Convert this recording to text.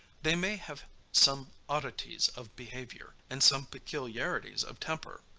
they may have some oddities of behavior, and some peculiarities of temper.